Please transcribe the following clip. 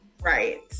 right